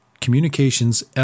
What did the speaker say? communications